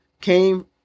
came